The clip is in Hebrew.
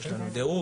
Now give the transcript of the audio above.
יש לנו דירוג,